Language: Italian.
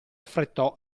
affrettò